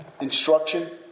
Instruction